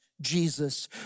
Jesus